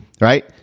Right